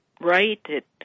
right